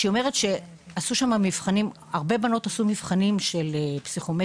שאומרת שהרבה בנות עשו מבחנים של פסיכומטרי